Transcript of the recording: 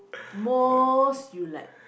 most you like